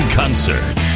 concert